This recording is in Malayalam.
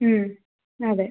അതെ